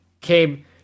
came